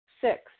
Six